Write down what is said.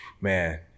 Man